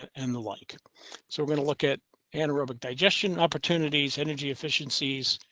and the, like, so we're going to look at anaerobic digestion, opportunities, energy, efficiencies.